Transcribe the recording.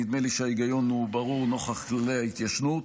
נדמה לי שההיגיון ברור נוכח כללי ההתיישנות.